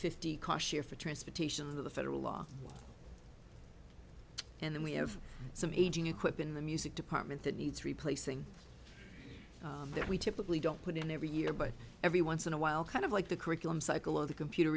fifty cochere for transportation of the federal law and then we have some aging equip in the music department that needs replacing that we typically don't put in every year but every once in a while kind of like the curriculum cycle of the computer